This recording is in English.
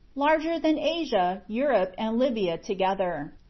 larger than asia, europe, and libya together.